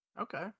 Okay